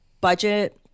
budget